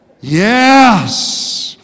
Yes